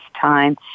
time